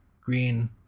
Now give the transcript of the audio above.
green